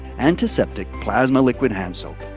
antiseptic plasma liquid hand soap.